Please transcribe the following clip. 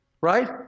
Right